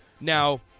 Now